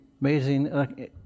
amazing